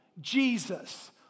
Jesus